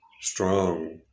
strong